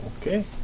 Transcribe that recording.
Okay